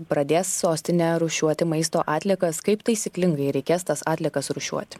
pradės sostinė rūšiuoti maisto atliekas kaip taisyklingai reikės tas atliekas rūšiuoti